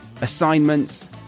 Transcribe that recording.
assignments